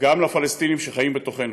וגם לפלסטינים שחיים בתוכנו.